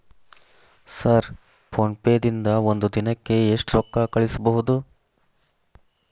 Sir PhonePe ದಿಂದ ಒಂದು ದಿನಕ್ಕೆ ಎಷ್ಟು ರೊಕ್ಕಾ ಕಳಿಸಬಹುದು?